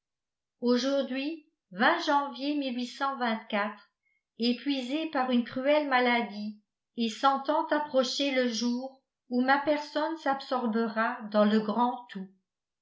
aujourd'hui janvier épuisé par une cruelle maladie et sentant approcher le jour où ma personne s'absorbera dans le grand tout